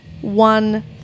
One